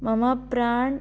मम प्राण्